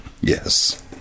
Yes